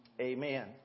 Amen